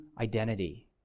identity